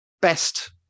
best